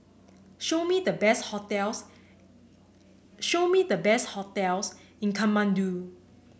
show me the best hotels show me the best hotels in Kathmandu